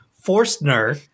Forstner